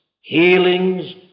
healings